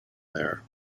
there